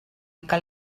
que